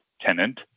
tenant